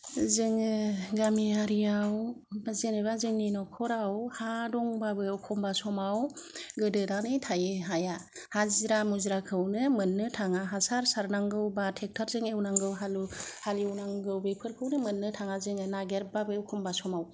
जोङो गामियारियाव जेनेबा जोंनि न'खराव हा दंबाबो एखम्बा समाव गोदोनानै थायो हाया हाजिरा मुजिराखौनो मोननो थाङा हासार सारनांगौ बा ट्रेक्टरजों एवनांगौ हालेवनांगौ बेफोरखौनो मोननो थाङा जोङो नागेरबाबो एखम्बा समाव